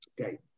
Okay